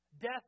Death